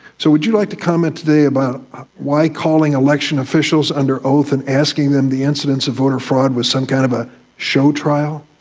so would you like to comment today about why calling election officials under oath and asking them the incidents of voter fraud was some kind of a show trial?